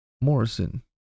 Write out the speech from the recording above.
Morrison